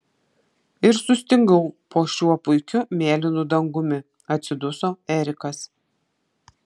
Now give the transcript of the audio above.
ir sustingau po šiuo puikiu mėlynu dangumi atsiduso erikas